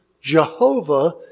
Jehovah